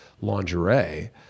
lingerie